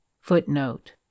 footnote